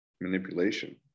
manipulation